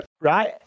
Right